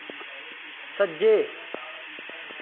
सज्जे